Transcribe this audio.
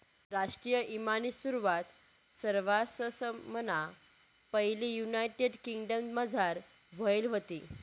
राष्ट्रीय ईमानी सुरवात सरवाससममा पैले युनायटेड किंगडमझार व्हयेल व्हती